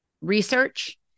research